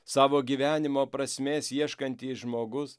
savo gyvenimo prasmės ieškantis žmogus